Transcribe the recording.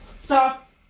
Stop